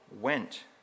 went